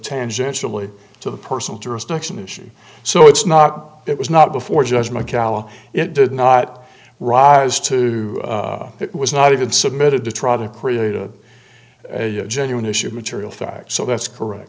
tangentially to the personal jurisdiction issue so it's not it was not before judge mccalla it did not rise to it was not even submitted to try to create a genuine issue of material fact so that's correct